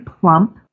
plump